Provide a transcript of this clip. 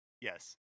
yes